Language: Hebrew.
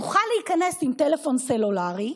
יוכל להיכנס עם טלפון סלולרי,